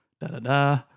da-da-da